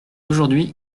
aujourd’hui